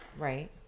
Right